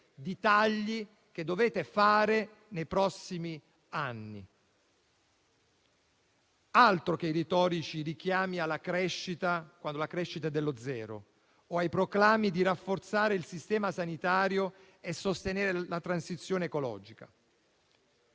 di tagli che dovete fare nei prossimi anni. Altro che retorici richiami alla crescita, quando questa è pari allo zero, o proclami per rafforzare il sistema sanitario e sostenere la transizione ecologica.